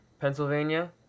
Pennsylvania